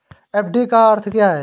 FD का अर्थ क्या है?